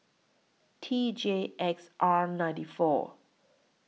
T J X R ninety four